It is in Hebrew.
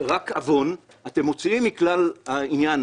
עוון אז אתם מוציאים מכלל העניין